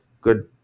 good